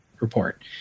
report